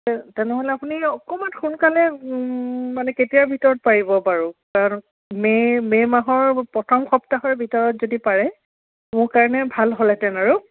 তেনেহ'লে আপুনি অকণমান সোনকালে মানে কেতিয়াৰ ভিতৰত পাৰিব বাৰু কাৰণ মে' মাহৰ প্ৰথম সপ্তাহৰ ভিতৰত যদি পাৰে মোৰ কাৰণে ভাল হ'লহেঁতেন আৰু